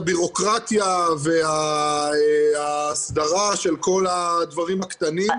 הביורוקרטיה והסדרה של כל הדברים הקטנים.